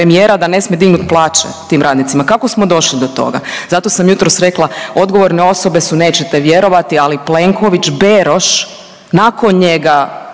da ne smije dignut plaće tim radnicima, kako smo došli do toga? Zato sam jutros rekla odgovorne osobe su nećete vjerovati, ali Plenković, Beroš, nakon njega,